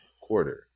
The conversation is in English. quarter